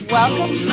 Welcome